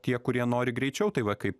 a tie kurie nori greičiau tai va kaip